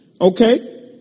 okay